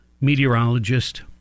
meteorologist